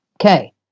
Okay